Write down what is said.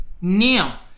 Now